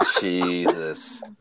Jesus